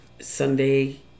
Sunday